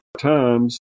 Times